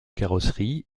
carrosserie